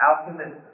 alchemist